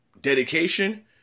dedication